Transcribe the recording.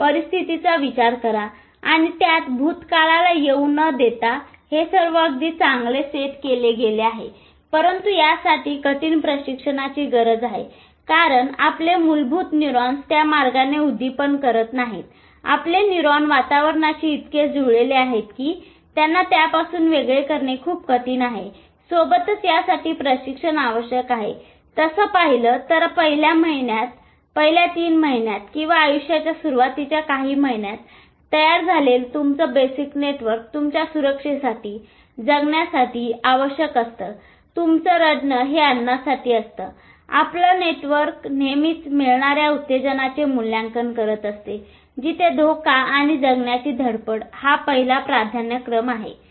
परिस्थितीचा विचार करा आणि त्यात भूतकाळाला येऊ देऊ नेऊ नका हे सर्व अगदी चांगले सेट केले गेले आहे परंतु या साठी कठीण प्रशिक्षणाची गरज आहे कारण आपले मूलभूत न्यूरॉन्स त्या मार्गाने उद्दीपन करत नाहीत आपले न्यूरॉन वातावरणाशी इतके जुळलेले आहेतकी त्यांना त्यापासून वेगळे करणे खूप कठीण आहे सोबतच यासाठी प्रशिक्षण आवश्यक आहे तसं पाहिलं तर पहिल्या ३ महिन्यांत किंवा आयुष्याच्या सुरुवातीच्या काही महिन्यांत तयार झालेलं तुमचं बेसिक नेटवर्क तुमच्या सुरक्षेसाठी जगण्यासाठी आवश्यक असतं तुमचा रडणं हे अन्नासाठी असते आपले नेटवर्क नेहमीच मिळणाऱ्या उत्तेजनाचे मूल्यांकन करत असते जेथे धोका आणि जगण्याची धडपड हा पहिला प्राधान्यक्रम असेल